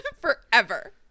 Forever